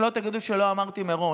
שלא תגידו שלא אמרתי מראש.